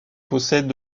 possèdent